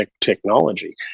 technology